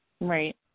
Right